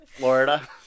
Florida